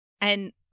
and-